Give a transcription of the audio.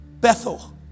Bethel